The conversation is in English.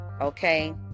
okay